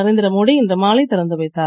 நரேந்திர மோடி இன்று மாலை திறந்து வைத்தார்